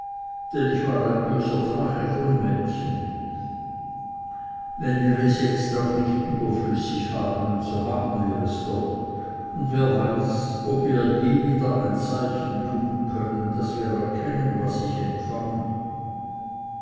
denn ich war ein böser drache von mädchen wenn wir es jetzt auch nicht überflüssig haben so haben wir es doch und wer weiß ob wir je wieder ein zeichen tun könnten daß wir erkennen was ich empfangen